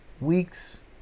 weeks